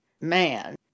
man